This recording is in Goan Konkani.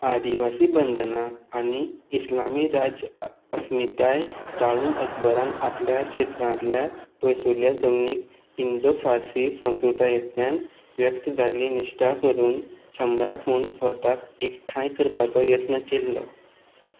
आदिवासी बंदनां आनी इस्लामी राज्य अस्मिताय टाळून अकबरान आपल्या क्षेत्रांतल्या पयसुल्ल्या जमनीक इंडो फार्सी संस्कृतायेंतल्यान व्यक्त जाल्ली निश्ठा करून सम्राट म्हूण स्वताक एकठांय करपाचो यत्न केल्लो